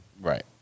Right